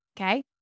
Okay